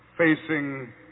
facing